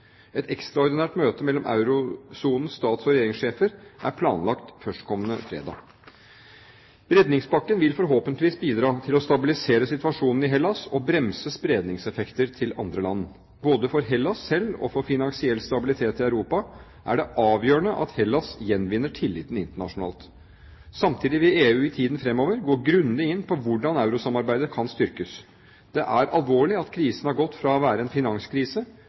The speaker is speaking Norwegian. Et ekstraordinært møte mellom eurosonens stats- og regjeringssjefer er planlagt førstkommende fredag. Redningspakken vil forhåpentligvis bidra til å stabilisere situasjonen i Hellas og bremse spredningseffekter til andre land. Både for Hellas selv og for finansiell stabilitet i Europa er det avgjørende at Hellas gjenvinner tilliten internasjonalt. Samtidig vil EU i tiden fremover gå grundig inn på hvordan eurosamarbeidet kan styrkes. Det er alvorlig at krisen har gått fra å være en finanskrise